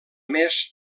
més